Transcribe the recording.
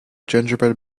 gingerbread